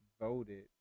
voted